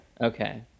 Okay